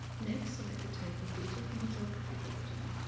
next select the type of data from the geography drop-down.